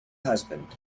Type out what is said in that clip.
husband